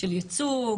של איסור,